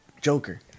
Joker